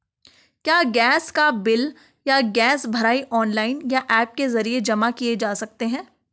क्या गैस का बिल या गैस भराई ऑनलाइन या ऐप के जरिये जमा किये जा सकते हैं?